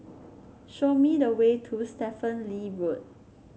show me the way to Stephen Lee Road